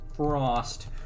Frost